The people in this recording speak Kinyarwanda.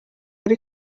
ari